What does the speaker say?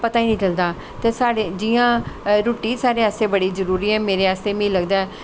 पता गै नी चलदा ते साढ़े जियां रुट्टी साढ़े आस्तै बड़ी जरूरी ऐ मिगी लगदा ऐ